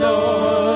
Lord